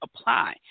apply